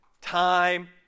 time